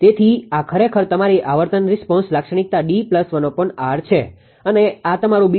તેથી આ ખરેખર તમારી આવર્તન રિસ્પોન્સ લાક્ષણિકતા છે અને આ તમારું છે